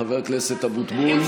חבר הכנסת אבוטבול,